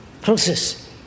Process